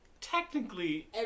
Technically